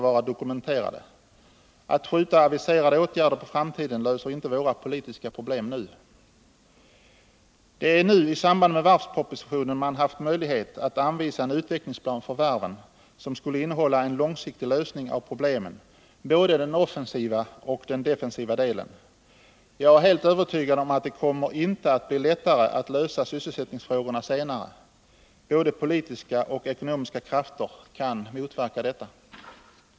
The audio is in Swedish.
Att skjuta aviserade åtgärder på framtiden löser inte våra nuvarande politiska problem. : Det är nu i samband med varvspropositionen man haft möjlighet att anvisa en utvecklingsplan för varven som skulle innehålla en långsiktig lösning av problemen, både offensiva och defensiva åtgärder. Jag är helt övertygad om att det inte kommer att bli lättare att lösa sysselsättningsfrågorna senare; både politiska och ekonomiska krafter kan motverka detta.